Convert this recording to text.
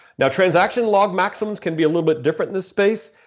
now, transaction log maximums can be a little bit different in this space.